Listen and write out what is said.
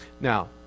Now